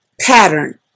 pattern